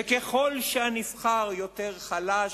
וככל שהנבחר יותר חלש,